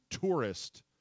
tourist